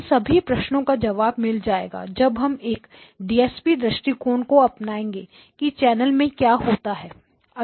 इन सभी प्रश्नों का जवाब मिल जाएगा जब हम एक डीएसपी DSP दृष्टिकोण को अपनाएंगे की चैनल में क्या होता है